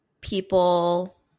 people